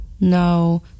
No